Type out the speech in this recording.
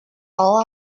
all